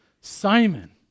Simon